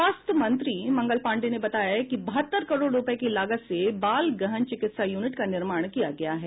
स्वास्थ्य मंत्री मंगल पांडेय ने बताया कि बहत्तर करोड़ रूपये की लागत से बाल गहन चिकित्सा यूनिट का निर्माण किया गया है